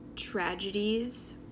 tragedies